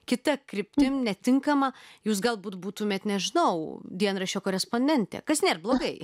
kita kryptim netinkama jūs galbūt būtumėt nežinau dienraščio korespondentė kas nėr blogai